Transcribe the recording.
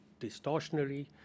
distortionary